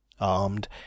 Armed